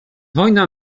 wojna